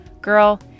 Girl